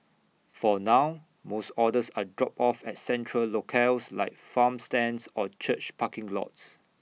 for now most orders are dropped off at central locales like farm stands or church parking lots